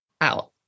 out